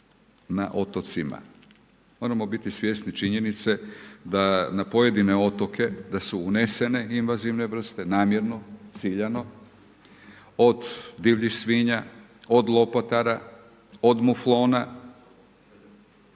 na otocima? Moramo biti svjesni činjenice da na pojedine otoke, da su unesene invazivne vrste, namjerno, ciljano, od divljih svinja, od lopotara, od muflona